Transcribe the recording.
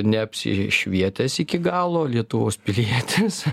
neapsišvietęs iki galo lietuvos pilietis